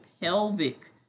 pelvic